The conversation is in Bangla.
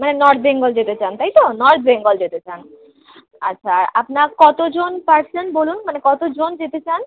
মানে নর্থ বেঙ্গল যেতে চান তাই তো নর্থ বেঙ্গল যেতে চান আচ্ছা আর আপনার কত জন পারসেন বলুন মানে কত জন যেতে চান